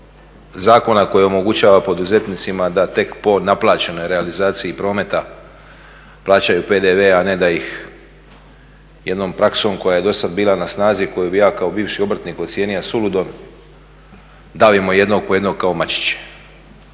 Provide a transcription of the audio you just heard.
zakona koji omogućava poduzetnicima da tek po naplaćenoj realizaciji prometa plaćaju PDV, a ne da ih jednom praksom koja je dosad bila na snazi i koju bih ja kao bivši obrtnik ocijenio suludom davimo jednog po jednog kao mačiće.